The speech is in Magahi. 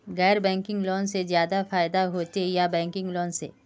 गैर बैंकिंग लोन से ज्यादा फायदा होचे या बैंकिंग लोन से?